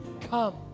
Come